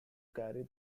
carry